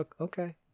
okay